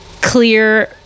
clear